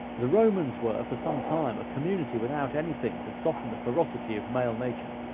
the romans were, for some time, a community without any thing to soften the ferocity of male nature.